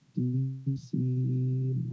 DC